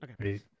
Okay